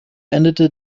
endete